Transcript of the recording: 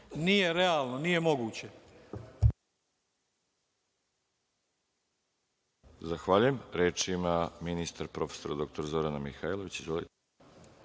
Nije realno. Nije moguće.